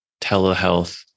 telehealth